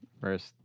first